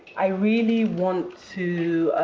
i really want to